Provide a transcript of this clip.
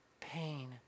pain